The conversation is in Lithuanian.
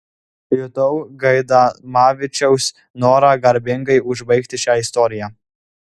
jutau gaidamavičiaus norą garbingai užbaigti šią istoriją